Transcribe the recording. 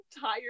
tired